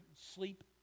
sleep